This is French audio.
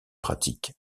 pratiques